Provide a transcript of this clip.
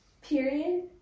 period